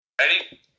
ready